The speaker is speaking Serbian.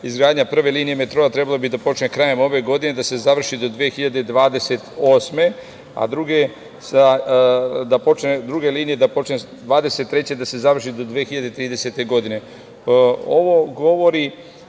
Izgradnja prve linije metroa trebalo bi da počne krajem ove godine, da se završi do 2028. godine, a druge linije da počne 2023. godine, da se završi do 2030. godine. Ovo govori